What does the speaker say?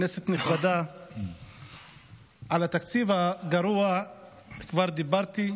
כנסת נכבדה, על התקציב הגרוע כבר דיברתי.